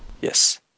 yes